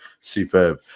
superb